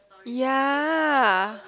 ya